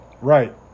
Right